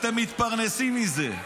אתם מתפרנסים מזה.